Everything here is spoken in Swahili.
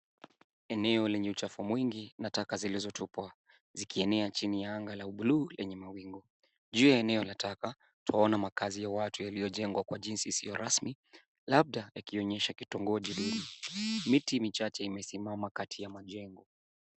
Eneo lenye uchafu mwingi na taka zilizotupwa, zikienea chini ya anga la blue lenye mawingu. Juu ya eneo la taka, twaona makazi ya watu yaliyojengwa kwa jinsi isiyo rasmi, labda yakionyesha kitongoji duni. Miti michache imesimama kati ya majengo.